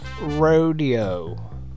rodeo